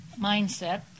mindset